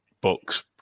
books